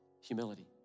humility